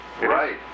Right